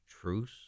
Truce